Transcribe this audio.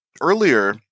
earlier